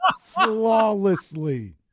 flawlessly